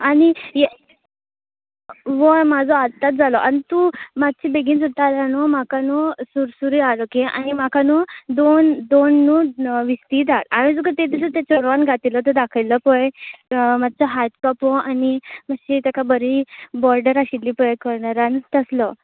आनी ये वय म्हाजो आताच जालो आनी तूं मातशी बेगीन सुट्टा आल्या न्हू म्हाका न्हू सुरसुरी हाड ओके आनी म्हाका न्हू दोन दोन न्हू विस्तीत हाड हांवें तुका ते दिसा त्या चेडवान घातिल्लो तो दाखयल्लो पळय माच्चो हात कापो आनी माश्शी तेका बरी बॉर्डर आशिल्ली पळय कलरान तसलो